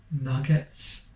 nuggets